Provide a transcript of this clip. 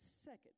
second